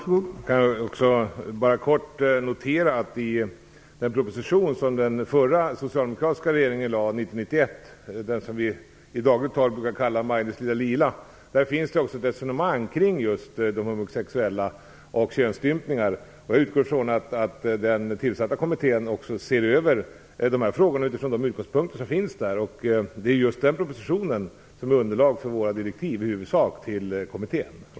Herr talman! Låt mig helt kort notera att i den proposition som den förra socialdemokratiska regeringen lade fram 1990/1991, och som vi i dagligt tal brukar kalla Maj-Lis lilla lila, finns ett resonemang kring de homosexuella och kring könsstympningar. Jag utgår från att den tillsatta kommittén ser över dessa frågor utifrån de utgångspunkter som finns där. Det är nämligen den propositionen som i huvudsak är underlag för våra direktiv till kommittén.